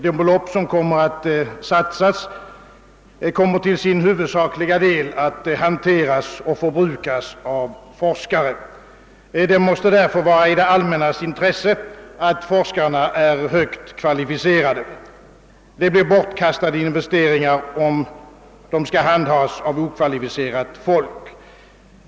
De belopp, som kommer att satsas, kommer till sin huvudsakliga del att hanteras och förbrukas av forskare. Det måste därför vara i det allmännas intresse att forskarna är högt kvalificerade. Det blir bortkastade investeringar, om dessa medel skall handhas av okvalificerat folk.